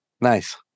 Nice